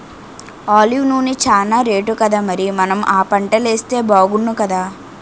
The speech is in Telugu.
ఆలివ్ నూనె చానా రేటుకదా మరి మనం ఆ పంటలేస్తే బాగుణ్ణుకదా